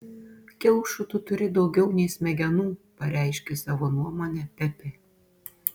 kiaušų tu turi daugiau nei smegenų pareiškė savo nuomonę pepė